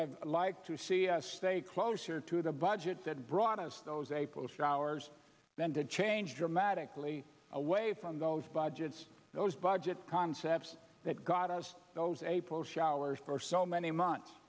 have liked to see a stay closer to the budget that brought us those april showers then to change dramatically away from those budgets those budget concepts that got us those a potion hours for so many months